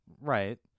Right